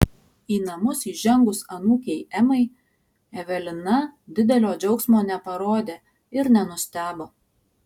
į namus įžengus anūkei emai evelina didelio džiaugsmo neparodė ir nenustebo